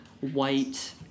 white